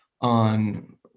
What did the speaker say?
on